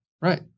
Right